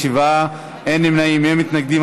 בעד, 97. אין נמנעים, אין מתנגדים.